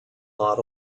lot